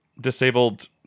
disabled